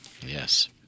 Yes